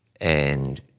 and